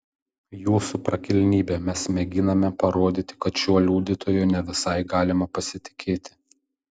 jūsų prakilnybe mes mėginame parodyti kad šiuo liudytoju ne visai galima pasitikėti